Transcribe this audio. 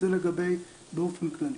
זה באופן כללי.